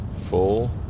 full